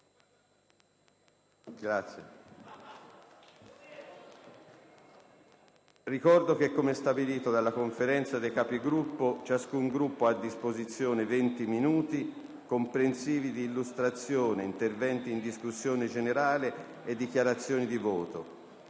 Ricordo che, come stabilito dalla Conferenza dei Capigruppo, ciascun Gruppo ha a disposizione 20 minuti, comprensivi di illustrazione, interventi in discussione e dichiarazioni di voto.